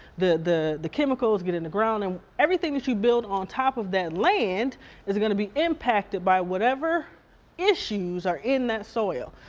the the chemicals get in the ground and everything that you build on top of that land is gonna be impacted by whatever issues are in that soil.